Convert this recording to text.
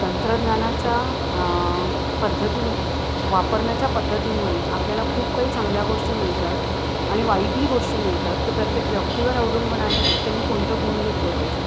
तंत्रज्ञानाच्या पद्धतीं वापरण्याच्या पद्धतींमुळे आपल्याला खूप काही चांगल्या गोष्टी मिळतात आणि वाईटही गोष्टी मिळतात ते प्रत्येक व्यक्तीवर अवलंबून आहे की त्यांनी कोणतं गुण घेतले पाहिजेत